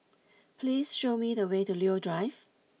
please show me the way to Leo Drive